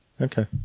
okay